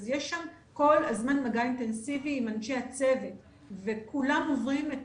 אז יש שם כל הזמן מגע אינטנסיבי עם אנשי הצוות וכולם עוברים את